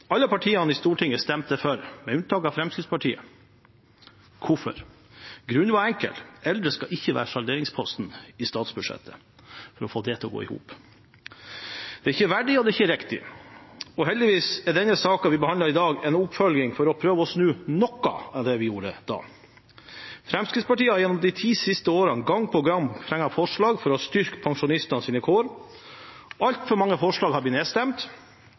Alle partiene i Stortinget stemte for, med unntak av Fremskrittspartiet. Hvorfor? Grunnen var enkel: Eldre skal ikke være salderingsposten i statsbudsjettet for å få det til å gå i hop. Det er ikke verdig, og det er ikke riktig. Heldigvis er denne saken vi behandler i dag, en oppfølging for å prøve å snu noe av det vi gjorde da. Fremskrittspartiet har gjennom de ti siste årene gang på gang fremmet forslag for å styrke pensjonistenes kår. Altfor mange forslag er blitt nedstemt,